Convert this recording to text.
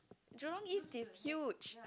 Jurong-East is huge